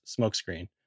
smokescreen